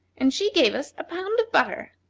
and she gave us a pound of butter.